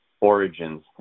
Origins